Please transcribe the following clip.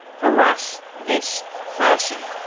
harass. this. person.